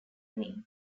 wing